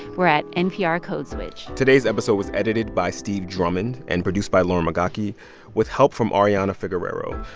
we're at nprcodeswitch today's episode was edited by steve drummond and produced by lauren migaki with help from ariana figueroa.